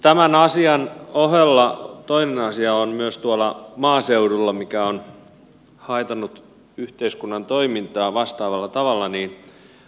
tämän asian ohella tuolla maaseudulla on myös toinen asia joka on haitannut yhteiskunnan toimintaa vastaavalla tavalla